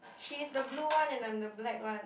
she is the blue one and I am the black one